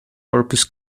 corpus